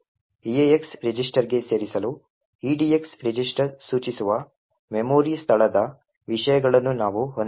Eax ರಿಜಿಸ್ಟರ್ಗೆ ಸೇರಿಸಲು edx register ಸೂಚಿಸುವ ಮೆಮೊರಿ ಸ್ಥಳದ ವಿಷಯಗಳನ್ನು ನಾವು ಹೊಂದಿದ್ದೇವೆ